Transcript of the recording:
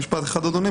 במשפט אחד, אדוני.